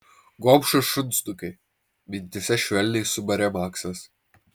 gobšūs šunsnukiai mintyse švelniai subarė maksas